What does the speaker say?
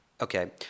Okay